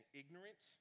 ignorant